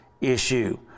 issue